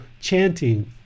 chanting